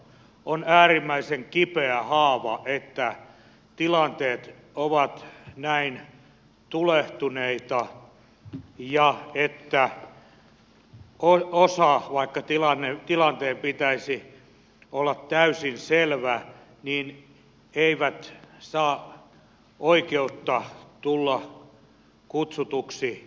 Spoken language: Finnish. on äärimmäisen kipeä haava että tilanteet ovat näin tulehtuneita ja että osa vaikka tilanteen pitäisi olla täysin selvä ei saa oikeutta tulla kutsutuksi saamelaisiksi